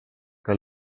que